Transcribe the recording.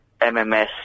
MMS